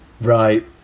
Right